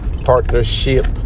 partnership